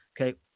Okay